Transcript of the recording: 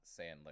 sandler